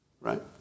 right